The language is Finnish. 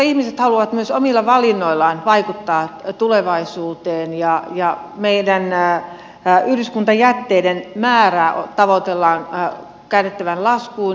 ihmiset haluavat myös omilla valinnoillaan vaikuttaa tulevaisuuteen ja meidän yhdyskuntajätteiden määrää tavoitellaan käännettävän laskuun